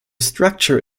structure